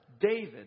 David